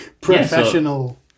Professional